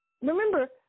Remember